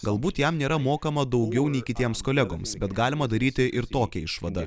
galbūt jam nėra mokama daugiau nei kitiems kolegoms bet galima daryti ir tokią išvadą